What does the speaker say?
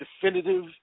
definitive